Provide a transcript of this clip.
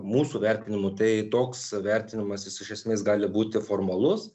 mūsų vertinimu tai toks vertinamas jis iš esmės gali būti formalus